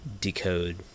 decode